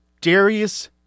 Darius